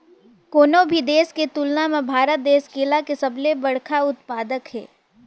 कोनो भी देश के तुलना म भारत देश केला के सबले बड़खा उत्पादक हे